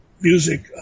music